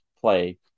play